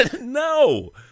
No